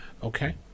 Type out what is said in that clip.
Okay